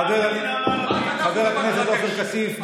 חבר הכנסת עופר כסיף,